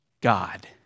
God